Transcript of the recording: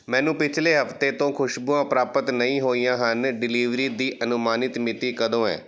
ਮੈਨੂੰ ਪਿਛਲੇ ਹਫ਼ਤੇ ਤੋਂ ਖੁਸ਼ਬੂਆਂ ਪ੍ਰਾਪਤ ਨਹੀਂ ਹੋਈਆਂ ਹਨ ਡਿਲੀਵਰੀ ਦੀ ਅਨੁਮਾਨਿਤ ਮਿਤੀ ਕਦੋਂ ਹੈ